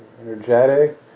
energetic